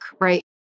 right